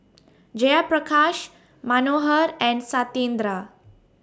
Jayaprakash Manohar and Satyendra